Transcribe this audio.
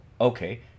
okay